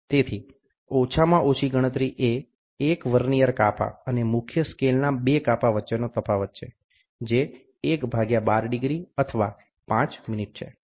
તેથી ઓછામાં ઓછી ગણતરી એ એક વર્નીઅર કાપા અને મુખ્ય સ્કેલના બે કાપા વચ્ચેનો તફાવત છે જે 112 ° અથવા 5' છે